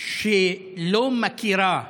שלא מכירה בהם,